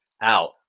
out